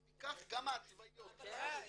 לפיכך גם ההתוויות ----- אתה